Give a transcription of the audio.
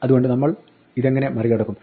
അതുകൊണ്ട് നമ്മൾ ഇതെങ്ങിനെ മറികടക്കും